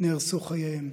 נהרסו חייהם.